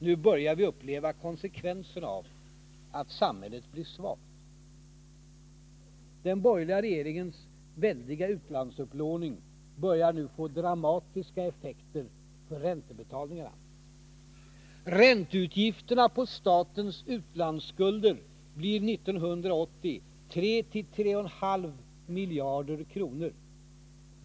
Nu börjar vi uppleva konsekvenserna av att samhället blir svagt. Den borgerliga regeringens väldiga utlandsupplåning börjar nu få dramatiska effekter för räntebetalningarna. Ränteutgifterna på statens utlandsskulder blir 1980 3-3,5 miljarder kronor.